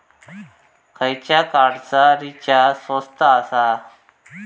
खयच्या कार्डचा रिचार्ज स्वस्त आसा?